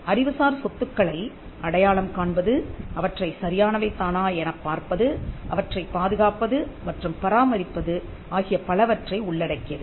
அறிவுசார் சொத்துக்களை அடையாளம் காண்பது அவற்றை சரியானவைதானா எனப் பார்ப்பது அவற்றைப் பாதுகாப்பது மற்றும் பராமரிப்பது ஆகிய பலவற்றை உள்ளடக்கியது